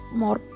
more